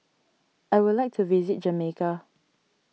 I would like to visit Jamaica